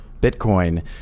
Bitcoin